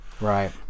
Right